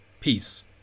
peace